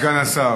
אדוני סגן השר.